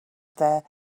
their